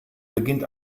beginnt